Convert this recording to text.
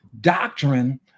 doctrine